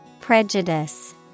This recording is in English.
Prejudice